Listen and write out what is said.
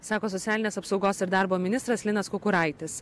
sako socialinės apsaugos ir darbo ministras linas kukuraitis